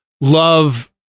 love